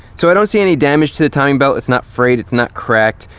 so i don't see any damage to the timing belt, it's not frayed, it's not cracked.